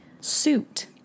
suit